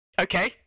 Okay